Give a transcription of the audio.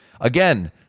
again